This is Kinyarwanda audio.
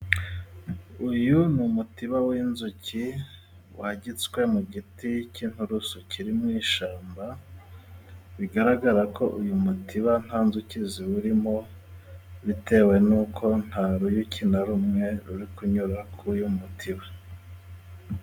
Uyu ni umutiba w'inzuki wagitswe mu giti cy'inturusu kiri mu ishyamba, bigaragare ko uyu mutiba nta nzuki ziwurimo, bitewe n'uko nta ruyuki na rumwe ruri kunyura ku uyu mutiba.